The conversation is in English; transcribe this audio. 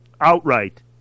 outright